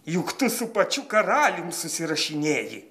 juk tu su pačiu karalium susirašinėji